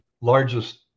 largest